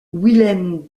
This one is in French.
wilhelm